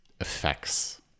effects